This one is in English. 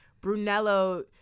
Brunello